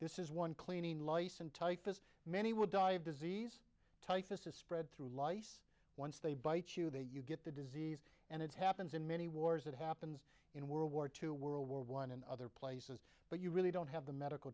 this is one cleaning lice and typhus many would die of disease typhus is spread through lice once they bite you they you get the disease and it's happens in many wars it happens in world war two world war one and other places but you really don't have the medical